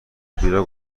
بیراه